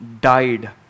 died